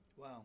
Wow